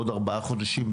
בעוד ארבעה חודשים,